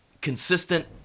consistent